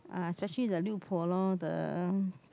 uh especially the 六婆 lor the